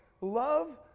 love